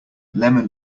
lemon